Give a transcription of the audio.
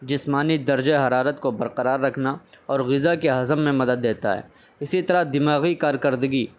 جسمانی درجہ حرارت کو برقرار رکھنا اور غذا کی ہضم میں مدد دیتا ہے اسی طرح دماغی کارکردگی